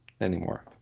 anymore